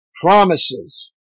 Promises